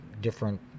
different